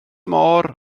môr